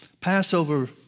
Passover